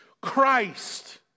Christ